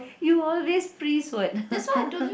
you always freeze what